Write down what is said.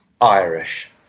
irish